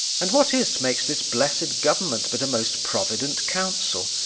and what is t makes this blessed government but a most provident council,